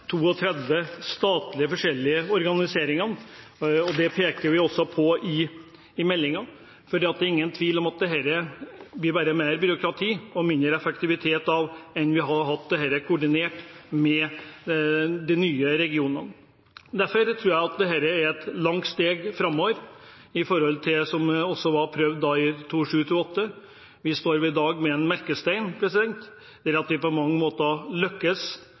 32 statlige organiseringene, og det pekes det også på i meldingen. For det er ingen tvil om at det bare blir mer byråkrati og mindre effektivitet enn om vi hadde hatt dette koordinert med de nye regionene. Derfor tror jeg at dette er et langt steg framover i forhold til det som var prøvd i 2007–2008. Vi står i dag ved en merkestein der vi på mange måter lykkes